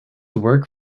work